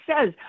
says